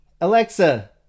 Alexa